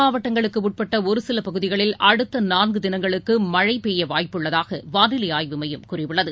மாவட்டங்களுக்குஉட்பட்டஒருசிலபகுதிகளில் தென் அடுத்தநாள்குதினங்களுக்குமழபெய்யவாய்ப்புள்ளதாகவானிலைஆய்வு மையம் கூறியுள்ளது